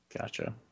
Gotcha